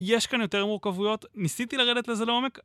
יש כאן יותר מורכבויות, ניסיתי לרדת לזה לעומק